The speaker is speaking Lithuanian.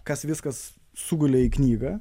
kas viskas sugulė į knygą